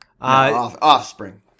offspring